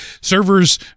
servers